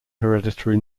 hereditary